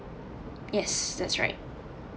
yes that's right